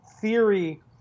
theory